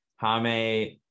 Hame